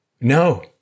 No